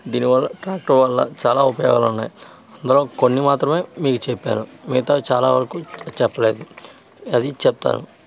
దీని వల్ల ట్రాక్టర్ వల్ల చాలా ఉపయోగాలు ఉన్నాయి ఇందులో కొన్ని మాత్రమే మీకు చెప్పాను మిగతావి చాలా వరకు చెప్పలేదు అది చెప్తాను